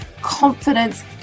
confidence